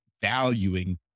valuing